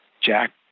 Jack